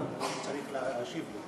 השר ארדן צריך להשיב.